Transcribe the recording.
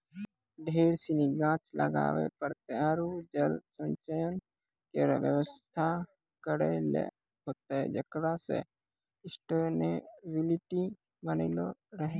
ढेर सिनी गाछ लगाबे पड़तै आरु जल संचय केरो व्यवस्था करै ल होतै जेकरा सें सस्टेनेबिलिटी बनलो रहे